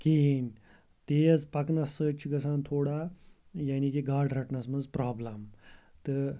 کِہیٖنۍ تیز پَکنَس سۭتۍ چھُ گَژھان تھوڑا یعنی کہِ گاڈٕ رَٹنَس منٛز پرٛابلم تہٕ